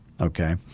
Okay